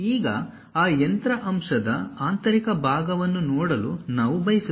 ಈಗ ಆ ಯಂತ್ರ ಅಂಶದ ಆಂತರಿಕ ಭಾಗವನ್ನು ನೋಡಲು ನಾವು ಬಯಸುತ್ತೇವೆ